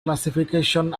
classification